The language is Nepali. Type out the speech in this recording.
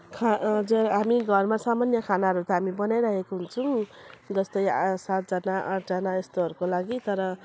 खा ज हामी घरमा सामान्य खानाहरू त हामी बनाइरहेको हुन्छौँ जस्तै आ सातजना आठजना यस्तोहरूको लागि तर